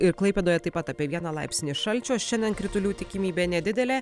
ir klaipėdoje taip pat apie vieną laipsnį šalčio šiandien kritulių tikimybė nedidelė